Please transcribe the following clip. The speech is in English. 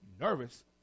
Nervous